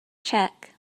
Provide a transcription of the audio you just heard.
check